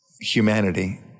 humanity